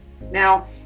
Now